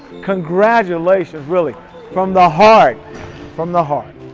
congratulations, really from the heart from the heart.